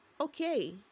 okay